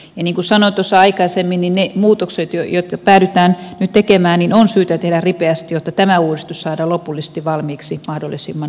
ja niin kuin sanoin tuossa aikaisemmin niin ne muutokset jotka päädytään nyt tekemään on syytä tehdä ripeästi jotta tämä uudistus saadaan lopullisesti valmiiksi mahdollisimman nopeasti